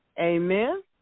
Amen